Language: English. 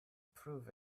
prove